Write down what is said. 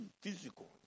physical